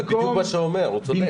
זה בדיוק מה שיוראי אומר והוא צודק.